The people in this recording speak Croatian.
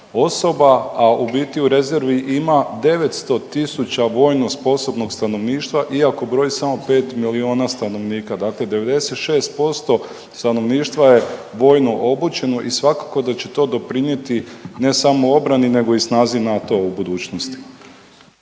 osoba, a u biti u rezervi ima 900.000 vojno sposobnog stanovništva iako broji samo 5 miliona stanovnika. Dakle, 96% stanovništva je vojno obučeno i svakako da će to doprinijeti ne samo obrani nego i snazi NATO-a u budućnosti.